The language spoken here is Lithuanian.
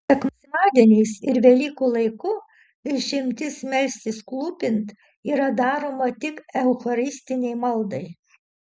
sekmadieniais ir velykų laiku išimtis melstis klūpint yra daroma tik eucharistinei maldai